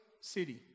city